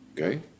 Okay